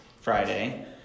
Friday